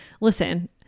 listen